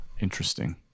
interesting